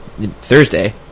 Thursday